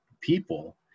people